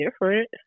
different